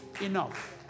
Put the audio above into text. enough